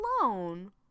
alone